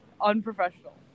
unprofessional